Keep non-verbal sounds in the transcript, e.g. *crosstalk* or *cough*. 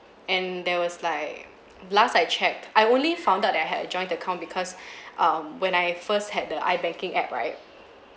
and there was like the last I checked I only found out that I had a joint account because *breath* um when I first had the ibanking app right